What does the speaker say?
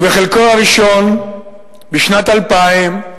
ובחלקו הראשון בשנת 2000,